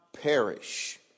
perish